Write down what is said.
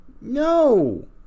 no